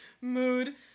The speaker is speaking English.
Mood